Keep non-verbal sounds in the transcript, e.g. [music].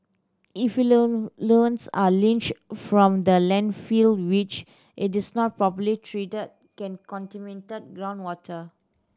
[unintelligible] are leached from the landfill which it is not properly treated can contaminate groundwater